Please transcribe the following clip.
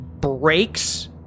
breaks